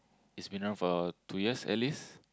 is been around for two years at least